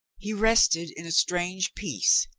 he rested in a strange peace,